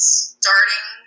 starting